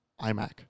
iMac